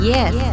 Yes